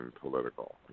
political